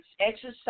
exercise